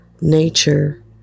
nature